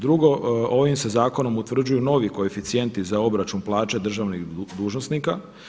Drugo, ovim se zakonom utvrđuju novi koeficijenti za obračun plaća državnih dužnosnika.